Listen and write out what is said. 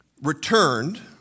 returned